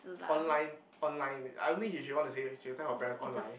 online online I don't think he she want to say she would tell her parents online